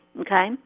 okay